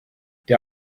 der